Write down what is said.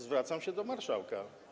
Zwracam się do marszałka.